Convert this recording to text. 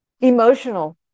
emotional